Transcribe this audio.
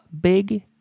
Big